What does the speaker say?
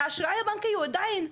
והאשראי הבנקאי הוא עדיין,